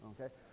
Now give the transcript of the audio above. okay